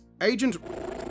Agent